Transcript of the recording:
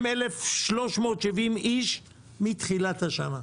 52,370 איש מתחילת השנה.